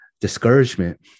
discouragement